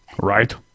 Right